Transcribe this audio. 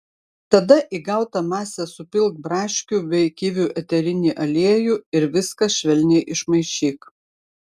tada į gautą masę supilk braškių bei kivių eterinį aliejų ir viską švelniai išmaišyk